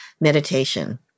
meditation